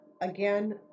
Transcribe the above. Again